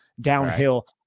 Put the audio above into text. downhill